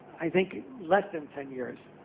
i think less than ten years,